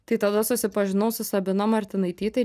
tai tada susipažinau su sabina martinaityte